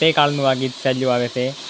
એ કાળનું આ ગીત ચાલ્યું આવે છે